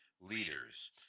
leaders